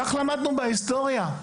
כך למדנו בהיסטוריה.